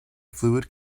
fluid